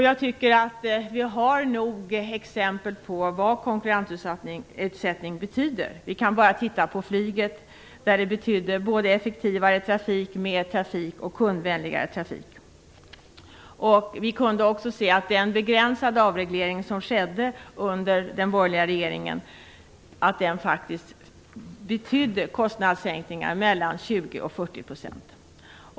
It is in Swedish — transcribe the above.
Jag tycker att vi har nog med exempel på vad konkurrensutsättning betyder. Vi kan bara titta på flyget, där det betydde såväl effektivare trafik och mer trafik som kundvänligare trafik. Vi kunde också se att den begränsade avreglering som skedde under den borgerliga regeringen betydde kostnadssänkningar på mellan 20 och 40 %.